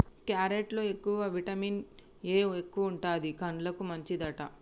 carrot లో ఎక్కువగా vitamin A ఎక్కువుంటది, కండ్లకు మంచిదట